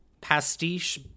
pastiche